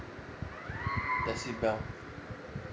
decibel